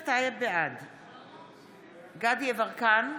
בעד דסטה גדי יברקן,